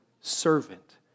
servant